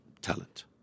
talent